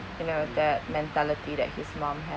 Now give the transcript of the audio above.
you know that mentality that his mum has